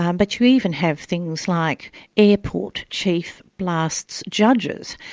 um but you even have things like airport chief blasts judges.